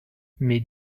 mes